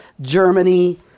Germany